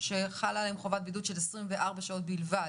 שחלה עליהן חובת בידוד של 24 שעות בלבד.